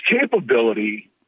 capability